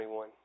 21